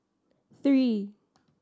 three